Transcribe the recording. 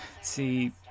See